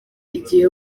igihe